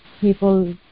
People